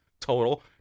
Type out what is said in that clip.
total